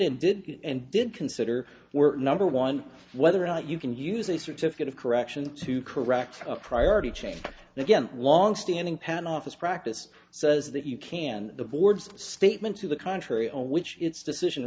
t did and did consider we're number one whether or not you can use a certificate of correction to correct a priority change again longstanding patent office practice says that you can the board's statement to the contrary on which its decision